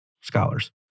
scholars